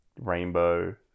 rainbow